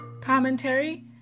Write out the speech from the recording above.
commentary